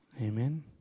Amen